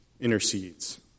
intercedes